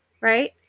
right